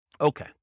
Okay